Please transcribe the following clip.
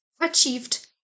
achieved